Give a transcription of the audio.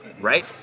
Right